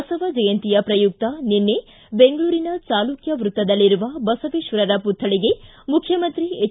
ಬಸವ ಜಯಂತಿಯ ಪ್ರಯುಕ್ತ ನಿನ್ನೆ ಬೆಂಗಳೂರಿನ ಚಾಲುಕ್ತ ವೃತ್ತದಲ್ಲಿರುವ ಬಸವೇಶ್ವರರ ಪುತ್ತಳಿಗೆ ಮುಖ್ಯಮಂತ್ರಿ ಎಚ್